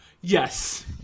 Yes